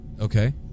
Okay